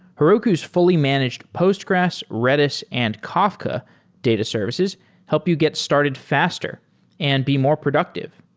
heroku's fully managed postgres, redis and kafka data services help you get started faster and be more productive.